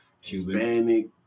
Hispanic